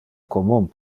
commun